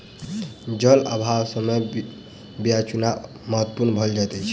जल अभावक समय बीयाक चुनाव महत्पूर्ण भ जाइत अछि